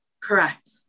Correct